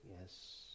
yes